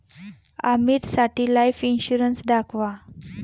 आमीरसाठी life insurance दाखवा